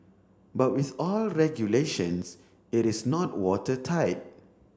but with all regulations it is not watertight